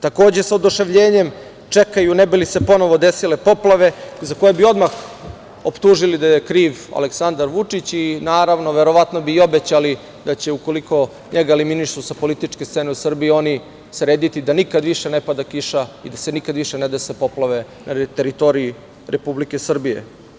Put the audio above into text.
Takođe, sa oduševljenjem čekaju ne bi li se ponovo desile poplave, za koje bi odmah optužili da je kriv Aleksandar Vučić i, naravno, verovatno bi i obećali da će ukoliko njega eliminišu sa političke scene u Srbiji oni srediti da nikad više ne pada kiša i da se nikad više ne dese poplave na teritoriji Republike Srbije.